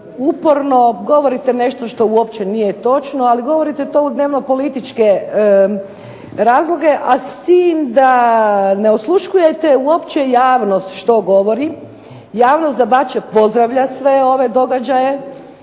uporno govorite nešto što uopće nije točno. Ali govorite to u dnevno-političke razloge, a s tim da ne osluškujete uopće javnost što govori, javnost dapače pozdravlja sve ove događaje